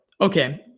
Okay